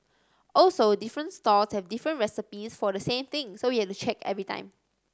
also different stalls have different recipes for the same thing so we have to check every time